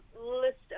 list